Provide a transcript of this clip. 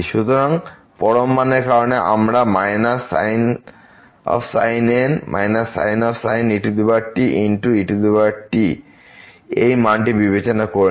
সুতরাং পরম মানের কারণে আমরা sinn sin et et এই মানটি বিবেচনা করিনি